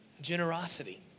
generosity